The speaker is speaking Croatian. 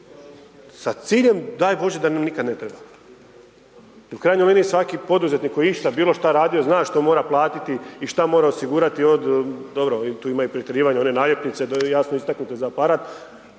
sa ciljem daj bože da nam nikad ne treba. I u krajnjoj liniji svaki poduzetnik koji je išta, bilo šta radio, zna šta mora platiti šta mora osigurati od, dobro tu ima i prikrivanja one naljepnice jasno istaknute za aparat,